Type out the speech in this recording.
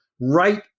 right